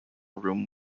room